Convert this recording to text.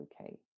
okay